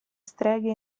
streghe